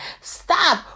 stop